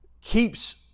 keeps